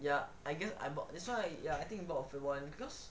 ya I guess I bought that's why ya I think you bought a fake one because